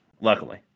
Luckily